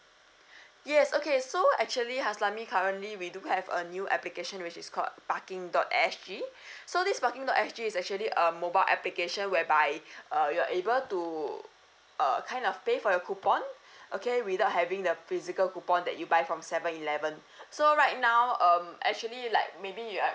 yes okay so actually haslami currently we do have a new application which is called parking dot S_G so this parking dot S_G is actually a mobile application whereby uh you're able to err kind of pay for your coupon okay without having the physical coupon that you buy from seven eleven so right now um actually like maybe you're